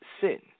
sin